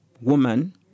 woman